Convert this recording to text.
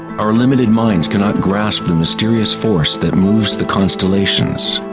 our limited minds can not grasp the mysterious force that moves the constellations.